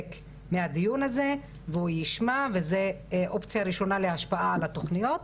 מהדיון הזה והוא ישמע וזאת אופציה ראשונה להשפעה על התוכניות.